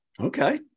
Okay